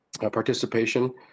participation